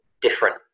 different